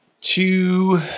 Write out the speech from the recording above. two